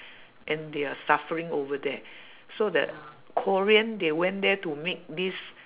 and they are suffering over there so the korean they went there to make this